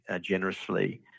generously